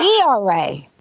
ERA